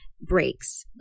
breaks